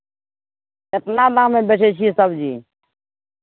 कितना दाममे बेचै छियै सबजी